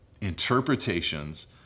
interpretations